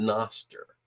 Noster